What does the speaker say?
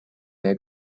meie